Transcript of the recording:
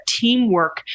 teamwork